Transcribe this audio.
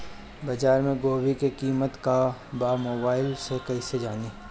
बाजार में गोभी के कीमत का बा मोबाइल से कइसे जानी?